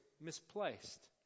misplaced